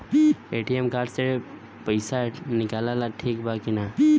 ATM card से पईसा निकालल ठीक बा की ना?